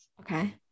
Okay